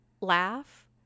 laugh